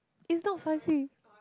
is not spicy